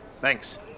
Thanks